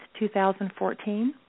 2014